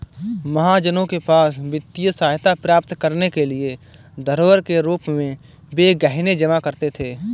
महाजनों के पास वित्तीय सहायता प्राप्त करने के लिए धरोहर के रूप में वे गहने जमा करते थे